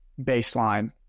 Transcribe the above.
baseline